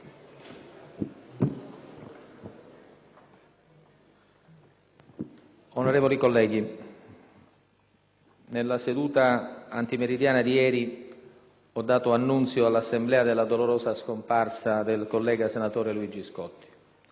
Onorevoli colleghi, nella seduta antimeridiana di ieri ho dato annunzio all'Assemblea della dolorosa scomparsa del collega senatore Luigi Scotti.